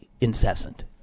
incessant